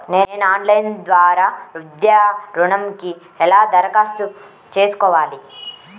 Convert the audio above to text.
నేను ఆన్లైన్ ద్వారా విద్యా ఋణంకి ఎలా దరఖాస్తు చేసుకోవాలి?